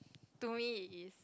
to me it is